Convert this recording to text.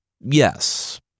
Yes